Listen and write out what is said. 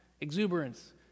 exuberance